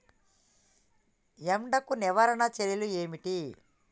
ఎండకు నివారణ చర్యలు ఏమిటి?